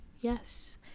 Yes